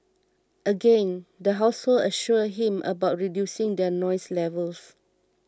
again the household assured him about reducing their noise levels